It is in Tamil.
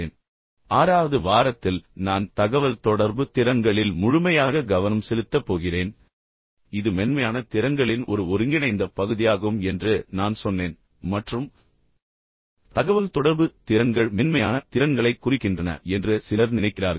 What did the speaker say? இப்போது ஆறாவது வாரத்தில் நான் தகவல்தொடர்பு திறன்களில் முழுமையாக கவனம் செலுத்தப் போகிறேன் இது மென்மையான திறன்களின் ஒரு ஒருங்கிணைந்த பகுதியாகும் என்று நான் சொன்னதை நீங்கள் நினைவில் வைத்திருந்தால் மற்றும் தகவல்தொடர்பு திறன்கள் உண்மையில் மென்மையான திறன்களைக் குறிக்கின்றன என்று சிலர் எப்போதும் நினைக்கிறார்கள்